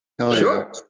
Sure